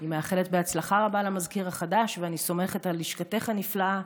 אני מאחלת הצלחה רבה למזכיר החדש ואני סומכת על לשכתך הנפלאה,